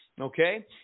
Okay